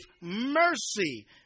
mercy